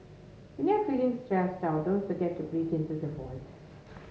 when you are feeling stressed out don't forget to into the void